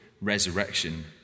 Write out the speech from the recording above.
resurrection